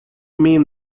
mean